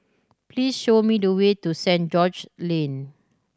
please show me the way to Saint George Lane